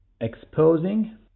exposing